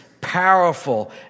powerful